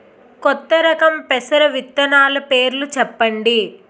కొత్త రకం పెసర విత్తనాలు పేర్లు చెప్పండి?